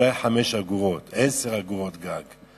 אולי 5 אגורות, 10 אגורות גג.